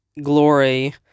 glory